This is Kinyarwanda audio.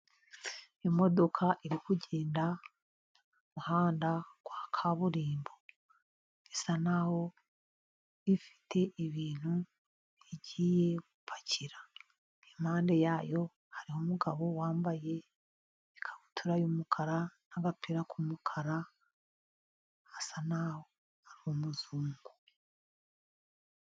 Imodoka iri kugenda mu muhanda wa kaburimbo, isa n'aho ifite ibintu igiye gupakira, iruhande rwayo hariho umugabo wambaye ikabutura y'umukara n'agapira k'umukara, asa n'aho ari umuzungu.